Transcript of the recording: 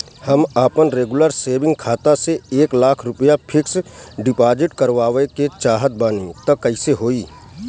हम आपन regular saving खाता से एक लाख रुपया फिक्स डिपॉज़िट करवावे के चाहत बानी त कैसे होई?